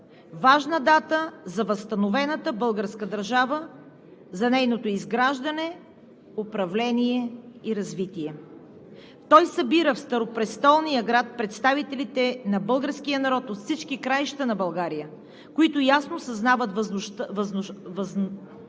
важна дата за възстановената българска държава, за нейното изграждане, управление и развитие. Той събира в старопрестолния град представителите на българския народ от всички краища на България, които ясно осъзнават важността